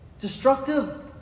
destructive